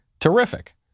terrific